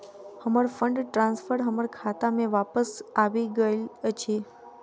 हमर fund transfer हमर खाता मे बापस आबि गइल अछि